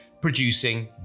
producing